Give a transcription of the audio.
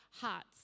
hearts